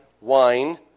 wine